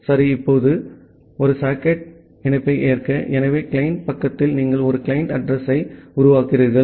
சரி இப்போது ஒரு சாக்கெட் இணைப்பை ஏற்க ஆகவே கிளையன்ட் பக்கத்தில் நீங்கள் ஒரு கிளையன்ட் அட்ரஸ் யை உருவாக்குகிறீர்கள்